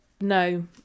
no